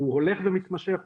הוא הולך ומתמשך,